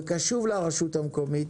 וקשוב לרשות המקומית,